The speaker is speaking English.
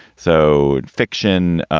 so fiction.